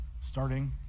starting